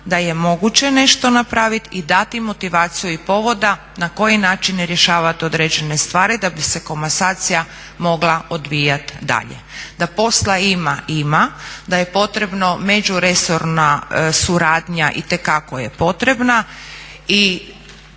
da je moguće nešto napravit i dati motivaciju i povoda na koje načine rješavat određene stvari da bi se komasacija mogla odvijat dalje. Da posla ima, ima, da je potrebna međuresorna suradnja, itekako je potrebna i